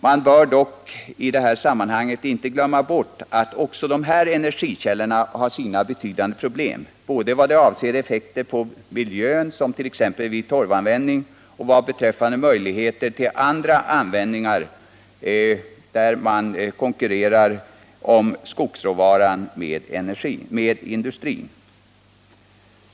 Man bör dock i detta sammanhang inte glömma bort att också dessa energikällor har betydande problem både vad avser effekter på miljön, t.ex. vid torvanvändning, och vad avser möjligheter till andra användningar, där man konkurrerar med industrin om skogsråvaran.